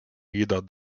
nieder